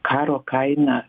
karo kaina